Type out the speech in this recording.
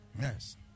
Yes